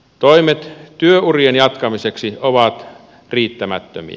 toimet työurien jatkamiseksi ovat riittämättömiä